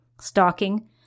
stalking